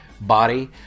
body